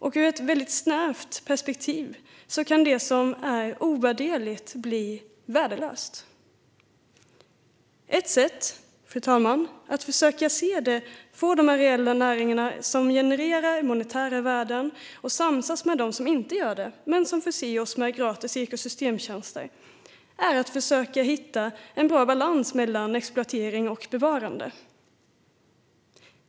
Och ur ett snävt perspektiv kan det som är ovärderligt bli värdelöst. Ett sätt, fru talman, att försöka få de areella näringar som genererar monetära värden att samsas med dem som inte gör det, men som förser oss med sina gratis ekosystemtjänster, är att försöka hitta en bra balans mellan exploatering och bevarande.